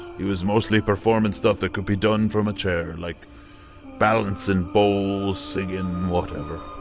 he was mostly performing stuff that could be done from a chair, like balancing bowls, singing, whatever.